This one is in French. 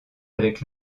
avec